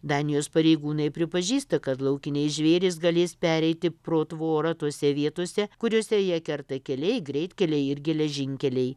danijos pareigūnai pripažįsta kad laukiniai žvėrys galės pereiti pro tvorą tose vietose kuriose jie kerta keliai greitkeliai ir geležinkeliai